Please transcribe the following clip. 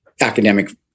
academic